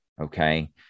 Okay